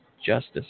justice